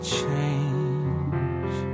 change